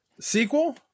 sequel